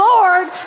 Lord